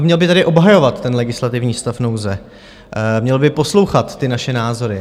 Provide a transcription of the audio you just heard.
Měl by tady obhajovat ten legislativní stav nouze, měl by poslouchat ty naše názory.